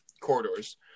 Corridors